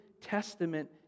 Testament